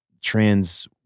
trans